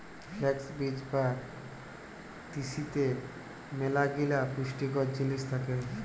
flakes বীজ বা তিসিতে ম্যালাগিলা পুষ্টিকর জিলিস থ্যাকে